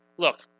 look